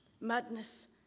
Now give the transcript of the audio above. Madness